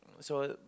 so